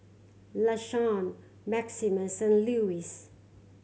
Lashawn Maximus and Lewis